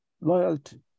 loyalty